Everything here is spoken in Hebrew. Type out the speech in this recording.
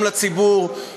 גם לציבור,